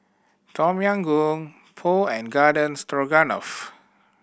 Tom Yam Goong Pho and Garden Stroganoff